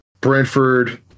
Brentford